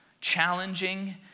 challenging